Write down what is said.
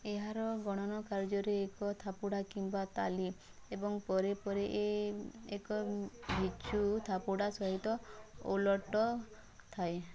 ଏହାର ଗଣନ କାର୍ଯ୍ୟରେ ଏକ ଥାପୁଡ଼ା କିମ୍ବା ତାଲି ଏବଂ ପରେ ପରେ ଏକ ଭିକ୍ଷୁ ଥାପୁଡ଼ା ସହିତ ଓଲଟ ଥାଏ